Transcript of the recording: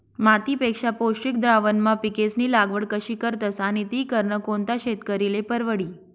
मातीपेक्षा पौष्टिक द्रावणमा पिकेस्नी लागवड कशी करतस आणि ती करनं कोणता शेतकरीले परवडी?